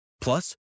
Plus